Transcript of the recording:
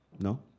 No